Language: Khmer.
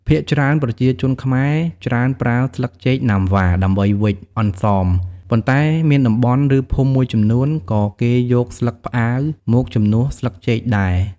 ភាគច្រើនប្រជាជនខ្មែរ ច្រើនប្រើស្លឹកចេកណាំវ៉ា ដើម្បីវេច «អន្សម» ប៉ុន្តែមានតំបន់ ឬភូមិមួយចំនួន ក៏គេយកស្លឹកផ្អាវមកជំនួសស្លឹកចេកដែរ។